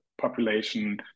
population